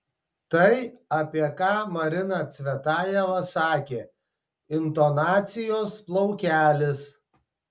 tai apie ką marina cvetajeva sakė intonacijos plaukelis